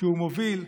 שהוא מוביל,